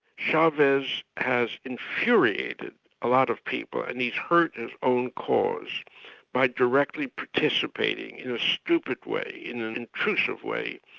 chavez has infuriated a lot of people, and he's hurt his own cause by directly participating in a stupid way, in an intrusive way,